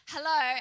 Hello